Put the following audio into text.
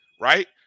right